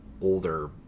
older